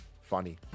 funny